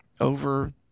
over